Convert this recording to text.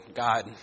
God